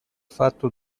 fatto